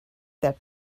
that